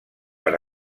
per